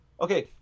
Okay